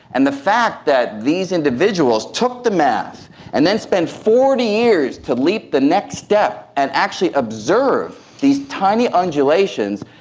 and the fact that these individuals took the math and then spent forty years to leap the next step and actually observe these tiny undulations,